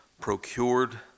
procured